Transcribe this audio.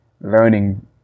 learning